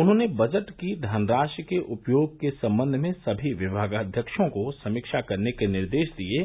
उन्होंने बजट की धनराशि के उपयोग के संबंध में सभी विभागाध्यक्षों को समीक्षा करने के निर्देश दिये